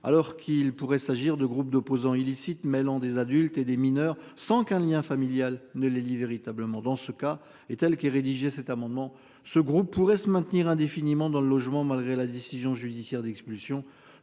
alors qu'il pourrait s'agir de groupes d'opposants illicite mêlant des adultes et des mineurs sans qu'un lien familial ne les lie véritablement dans ce cas est telle qu'il est rédigé cet amendement ce groupe pourrait se maintenir indéfiniment dans le logement, malgré la décision judiciaire d'expulsion.